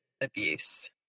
abuse